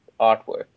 artwork